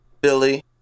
Billy